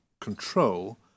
control